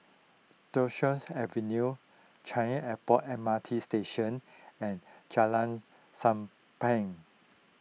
Duchess Avenue Changi Airport M R T Station and Jalan Sappan